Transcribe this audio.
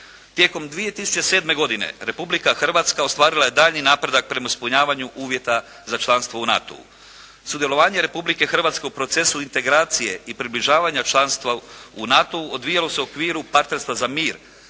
Tijekom 2007. godine, Republika Hrvatska, ostvarila je daljnji napredak prema ispunjavanju uvjeta za članstvo u NATO-u. Sudjelovanje Republike Hrvatske u procesu integracije i približavanja članstva u NATO-u odvijalo se u okviru partnerstva za mir